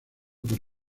por